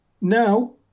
Now